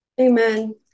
Amen